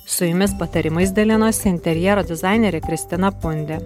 su jumis patarimais dalinosi interjero dizainerė kristina pundė